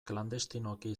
klandestinoki